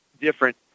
different